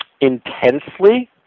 intensely